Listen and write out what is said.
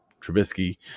Trubisky